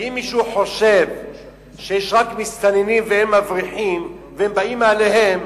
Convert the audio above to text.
ואם מישהו חושב שיש רק מסתננים והם מבריחים והם באים מאליהם,